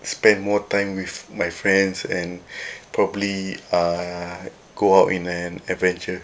spend more time with my friends and probably err go out in an adventure